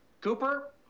Cooper